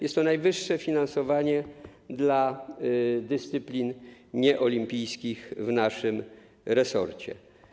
Jest to najwyższe finansowanie dla dyscyplin nieolimpijskich w naszym resorcie.